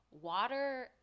water